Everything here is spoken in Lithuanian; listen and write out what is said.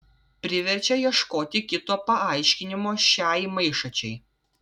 priverčia ieškoti kito paaiškinimo šiai maišačiai